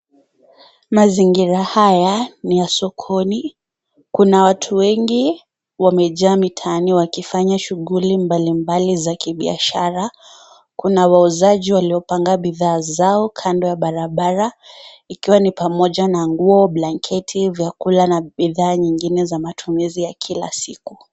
Mazingira haya, ni ya sokoni. Kuna watu wengi wamejaa mitaani wakifanya shughuli mbalimbali za kibiashara, kuna wauzaji waliopanga bidhaa zao kando ya barabara, ikiwa ni pamoja na nguo, blanketi, vyakula na bidhaa nyingine za matumizi ya kila siku.